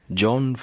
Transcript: John